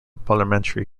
parliamentary